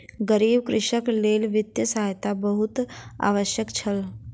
गरीब कृषकक लेल वित्तीय सहायता बहुत आवश्यक छल